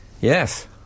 Yes